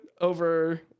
over